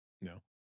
No